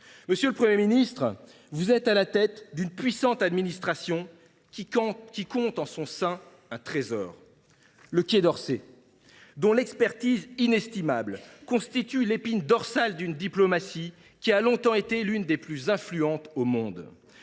Gouvernement en ce sens. Vous êtes à la tête d’une puissante administration, qui compte en son sein un trésor, le Quai d’Orsay, dont l’expertise inestimable constitue l’épine dorsale d’une diplomatie qui a longtemps été l’une des plus influentes au monde.